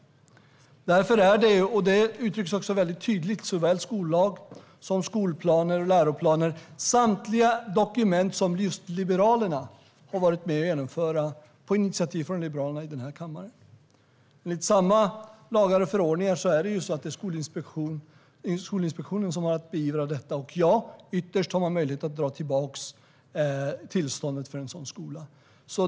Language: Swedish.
Det uttrycks väldigt tydligt i såväl skollag som skolplaner och läroplaner. Samtliga är dokument som just Liberalerna har varit med om att genomföra. Det har skett på initiativ från Liberalerna i denna kammare. Enligt samma lagar och förordningar har Skolinspektionen möjlighet att beivra detta. Ja, ytterst har man möjlighet att dra tillbaka tillståndet för en sådan skola.